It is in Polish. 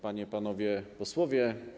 Panie i Panowie Posłowie!